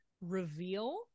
reveal